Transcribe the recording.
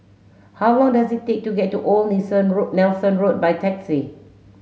how long does it take to get to Old Nilsson Road Nelson Road by taxi